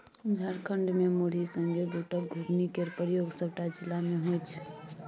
झारखंड मे मुरही संगे बुटक घुघनी केर प्रयोग सबटा जिला मे होइ छै